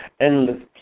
endless